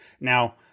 Now